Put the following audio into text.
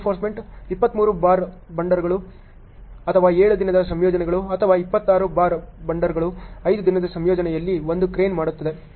ರೆಇನ್ಫೋರ್ಸ್ನಮೆಂಟ್ 23 bar ಬೆಂಡರ್ಗಳು ಅಥವಾ 7 ದಿನದ ಸಂಯೋಜನೆಗಳು ಅಥವಾ 23 ಬಾರ್ ಬೆಂಡರ್ಗಳು 5 ದಿನದ ಸಂಯೋಜನೆಯಲ್ಲಿ 1 ಕ್ರೇನ್ ಮಾಡುತ್ತದೆ